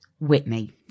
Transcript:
Whitney